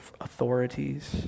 authorities